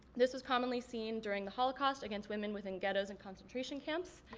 this is commonly seen during the holocaust against women within ghettos and concentration camps.